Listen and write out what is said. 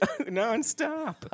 nonstop